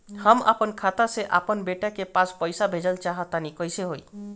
हम आपन खाता से आपन बेटा के पास पईसा भेजल चाह तानि कइसे होई?